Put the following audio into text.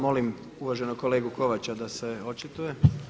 Molim uvaženog kolegu Kovača da se očituje.